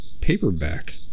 paperback